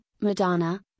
Madonna